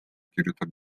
kirjutab